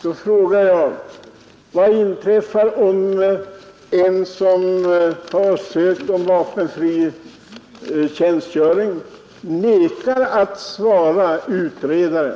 Då frågar jag: Vad inträffar om den som sökt om vapenfri tjänstgöring vägrar att svara utredaren?